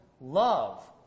love